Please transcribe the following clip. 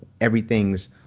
everything's